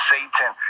Satan